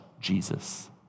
Jesus